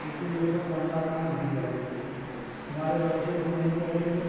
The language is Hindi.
लेकिन ये सब गंदा काम नहीं करेंगे हमारे बच्चे भी नहीं करेंगे